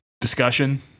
discussion